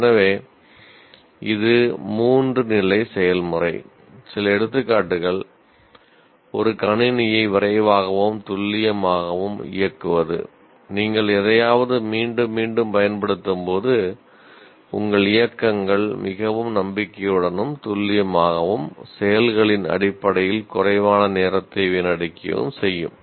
எனவே இது 3 நிலை செயல்முறை சில எடுத்துக்காட்டுகள் ஒரு கணினியை விரைவாகவும் துல்லியமாகவும் இயக்குவது நீங்கள் எதையாவது மீண்டும் மீண்டும் பயன்படுத்தும்போது உங்கள் இயக்கங்கள் மிகவும் நம்பிக்கையுடனும் துல்லியமாகவும் செயல்களின் அடிப்படையில் குறைவான நேரத்தை வீணடிக்கவும் செய்யும்